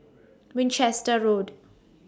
Winchester Road